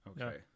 Okay